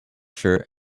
shirt